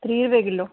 बीह् रपेऽ किलो